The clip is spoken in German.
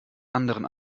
anderen